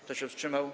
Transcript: Kto się wstrzymał?